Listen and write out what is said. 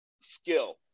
skill